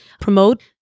promote